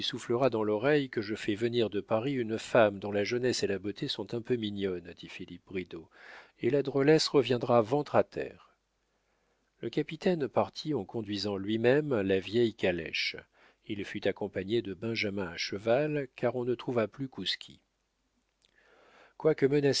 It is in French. soufflera dans l'oreille que je fais venir de paris une femme dont la jeunesse et la beauté sont un peu mignonnes dit philippe bridau et la drôlesse reviendra ventre à terre le capitaine partit en conduisant lui-même la vieille calèche il fut accompagné de benjamin à cheval car ou ne trouva plus kouski quoique